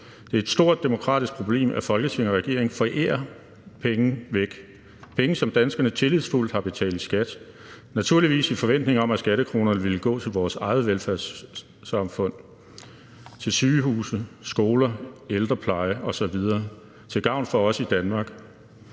Det er et stort demokratisk problem, at Folketinget og regeringen forærer penge væk – penge, som danskerne tillidsfuldt har betalt i skat, naturligvis i forventning om, at skattekronerne ville gå til vores eget velfærdssamfund, til sygehuse, skoler, ældrepleje osv. til gavn for os i Danmark.